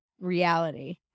reality